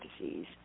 disease